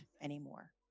anymore